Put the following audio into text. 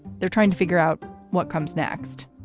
they're trying to figure out what comes next